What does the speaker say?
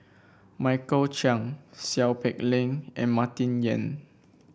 Michael Chiang Seow Peck Leng and Martin Yan